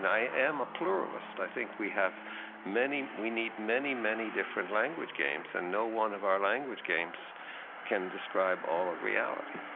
and i am a pluralist. i think we have many we need many, many different language games. and no one of our language games can describe all of reality.